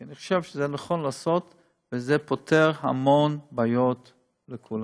כי אני חושב שזה נכון לעשות וזה פותר המון בעיות לכולם.